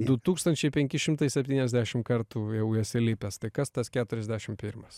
du tūkstančiai penki šimtai septyniasdešim kartų jau esi įlipęs tai kas tas keturiasdešim pirmas